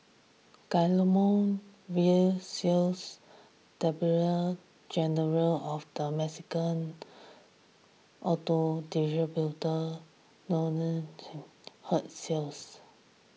Guillermo Rosales general of the Mexican auto distributors notion hurt sales